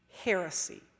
heresy